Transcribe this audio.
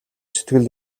сэтгэл